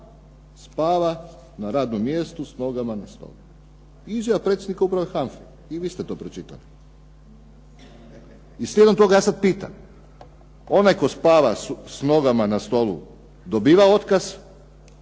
spava na radnom mjestu s nogama na stolu. Izjava predsjednika uprave HANFA-e. I vi ste to pročitali. I slijedom toga ja sad pitam, onaj tko spava s nogama na stolu dobiva otkaz,